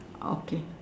okay